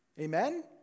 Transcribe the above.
Amen